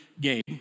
game